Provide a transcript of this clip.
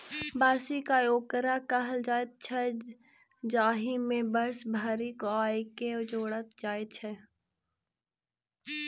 वार्षिक आय ओकरा कहल जाइत छै, जाहि मे वर्ष भरिक आयके जोड़ल जाइत छै